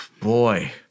boy